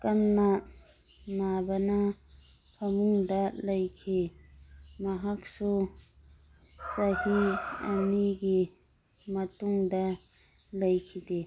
ꯀꯟꯅ ꯅꯥꯕꯅ ꯐꯃꯨꯡꯗ ꯂꯩꯈꯤ ꯃꯍꯥꯛꯁꯨ ꯆꯍꯤ ꯑꯅꯤꯒꯤ ꯃꯇꯨꯡꯗ ꯂꯩꯈꯤꯗꯦ